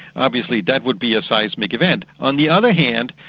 obviously that would be a seismic event. on the other hand,